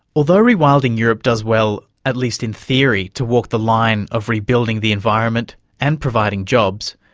although rewilding europe does well, at least in theory, to walk the line of rebuilding the environment and providing jobs,